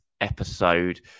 episode